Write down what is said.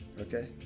okay